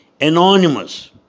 anonymous